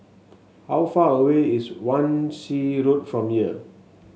how far away is Wan Shih Road from here